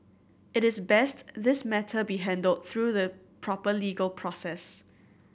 it is best this matter be handled through the proper legal process